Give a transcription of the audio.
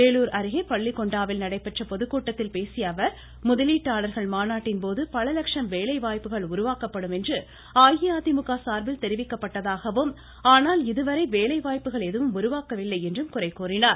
வேலூர் அருகே பள்ளிகொண்டாவில் நடைபெற்ற பொதுக்கூட்டத்தில் பேசிய அவர் முதலீட்டாளர்கள் மாநாட்டின் போது பல லட்சம் வேலைவாய்ப்புகள் உருவாக்கப்படும் என்று அஇஅதிமுக சார்பில் தெரிவிக்கப்பட்டதாகவும் ஆனால் இதுவரை வேலைவாய்ப்புகள் எதுவும் உருவாகவில்லை என்று குறை கூறினார்